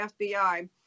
FBI